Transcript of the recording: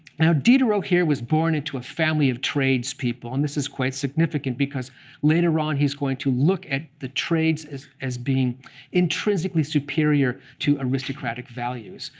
now, diderot here was born into a family of tradespeople. and this is quite significant because later on, he's going to look at the trades as being intrinsically superior to aristocratic values.